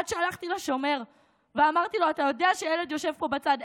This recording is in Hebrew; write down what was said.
עד שהלכתי לשומר ואמרתי לו: אתה יודע שהילד יושב פה בצד?